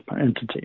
entity